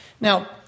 Now